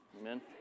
Amen